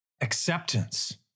Acceptance